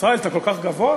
ישראל, אתה כל כך גבוה?